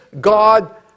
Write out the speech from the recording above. God